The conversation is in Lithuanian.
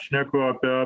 šneku apie